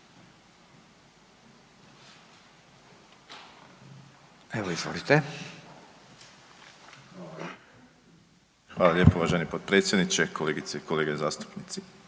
Josip (HDZ)** Hvala lijepa. Uvaženi potpredsjedniče, kolegice i kolege zastupnici,